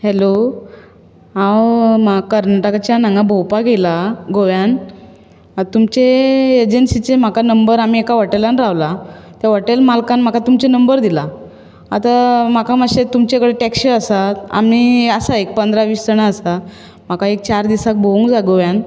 hello हांव म्हाका कर्नाटाकाच्यान हांगां भोंवपाक येला गोव्यान आं तुमचे एजन्सीचें नंबर आमी एका हॉटेलान रावला त्या हॉटेल मालकान म्हाका तुमचे नंबर दिला आतां म्हाका मातशें तुमचे कडेन टेक्सी आसात आमी आसा एक पंदरा वीस जाणां आसात म्हाका एक चार दिसाक भोवूंक जाय गोंव्यान